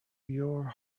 your